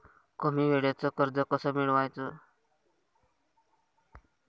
कमी वेळचं कर्ज कस मिळवाचं?